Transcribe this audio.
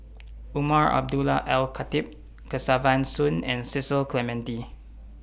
Umar Abdullah Al Khatib Kesavan Soon and Cecil Clementi